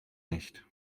nicht